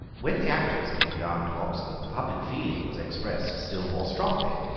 when the actors came down to oxford, the public feeling was expressed still more strongly.